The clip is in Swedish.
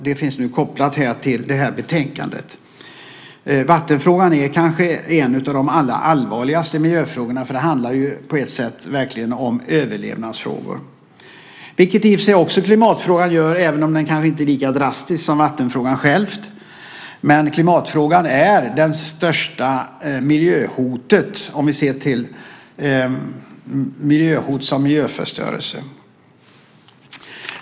Den finns nu kopplad till det här betänkandet. Vattenfrågan är kanske en av de allra allvarligaste miljöfrågorna. Den handlar på ett sätt verkligen om överlevnadsfrågor - vilket i och för sig också klimatfrågan gör, även om den kanske inte är lika drastisk som vattenfrågan. Klimatfrågan är dock det största miljöhotet om vi ser till miljöhot som miljöförstörelse.